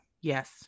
Yes